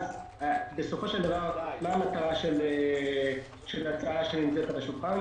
בסופו של דבר זו המטרה של ההצעה שנמצאת על השולחן.